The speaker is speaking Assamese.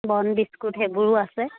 বন বিস্কুট সেইবোৰো আছে